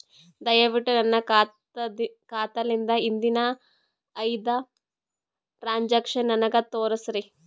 ದಯವಿಟ್ಟು ನನ್ನ ಖಾತಾಲಿಂದ ಹಿಂದಿನ ಐದ ಟ್ರಾಂಜಾಕ್ಷನ್ ನನಗ ತೋರಸ್ರಿ